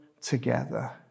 together